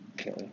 Okay